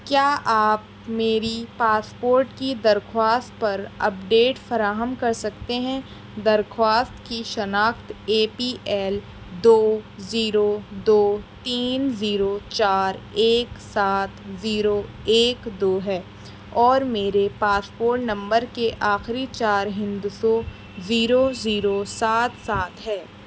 کیا آپ میری پاسپورٹ کی درخواست پر اپڈیٹ فراہم کر سکتے ہیں درخواست کی شناخت اے پی ایل دو زیرو دو تین زیرو چار ایک سات زیرو ایک دو ہے اور میرے پاسپورٹ نمبر کے آخری چار ہندسوں زیرو زیرو سات سات ہے